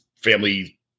family